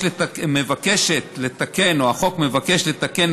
שמבקשת לתקן או החוק מבקש לתקן,